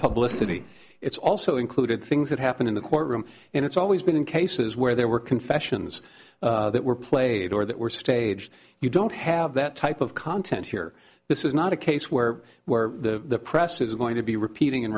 publicist it's also included things that happen in the courtroom and it's always been in cases where there were confessions that were played or that were staged you don't have that type of content here this is not a case where where the press is going to be repeating